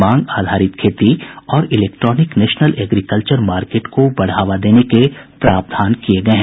मांग आधारित खेती और इलेक्ट्रॉनिक नेशनल एग्रीकल्वर मार्केट को बढ़ावा देने के प्रावधान किये गये हैं